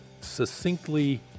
succinctly